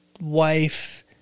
Wife